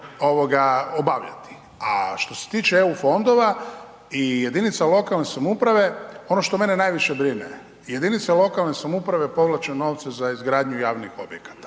će to obavljati. A što se tiče eu fondova i jedinica lokalne samouprave, ono što mene najviše brine jedinice lokalne samouprave povlače novce za izgradnju javnih objekata,